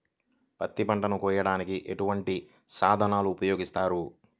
పత్తి పంటను కోయటానికి ఎటువంటి సాధనలు ఉపయోగిస్తారు?